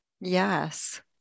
Yes